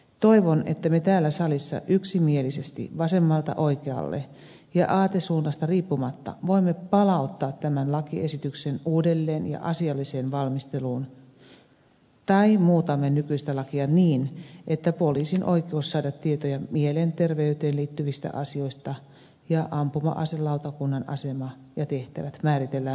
toivon että me täällä salissa yksimielisesti vasemmalta oikealle ja aatesuunnasta riippumatta voimme palauttaa tämän lakiesityksen asialliseen uudelleenvalmisteluun tai muutamme nykyistä lakia niin että poliisin oikeus saada tietoja mielenterveyteen liittyvistä asioista ja ampuma aselautakunnan asema ja tehtävät määritellään uudelleen